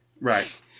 Right